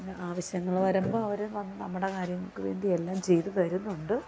പിന്നെ ആവശ്യങ്ങള് വരുമ്പോള് അവര് വന്ന് നമ്മടെ കാര്യങ്ങള്ക്ക് വേണ്ടി എല്ലാം ചെയ്ത് തരുന്നുണ്ട്